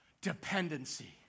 Dependency